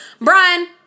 Brian